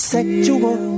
Sexual